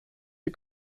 die